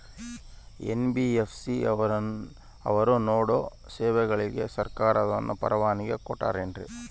NBFC ಅವರು ನೇಡೋ ಸೇವೆಗಳಿಗೆ ಸರ್ಕಾರದವರು ಪರವಾನಗಿ ಕೊಟ್ಟಾರೇನ್ರಿ?